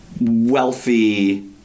wealthy